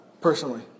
personally